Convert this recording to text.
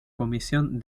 comisión